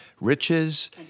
riches